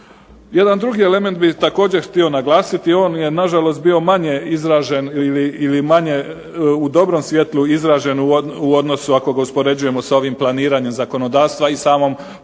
Jedan drugi element bi također htio naglasiti. On je na žalost bio manje izražen ili manje u dobrom svijetlu izražen u odnosu ako ga uspoređujemo sa ovim planiranjem zakonodavstva i samom provedbom